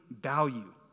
value